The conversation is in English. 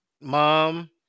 mom